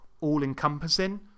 all-encompassing